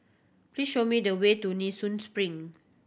please show me the way to Nee Soon Spring